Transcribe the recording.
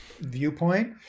viewpoint